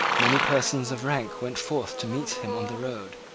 many persons of rank went forth to meet him on the road.